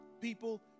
people